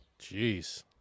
Jeez